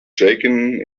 shaken